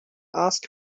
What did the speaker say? asked